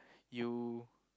you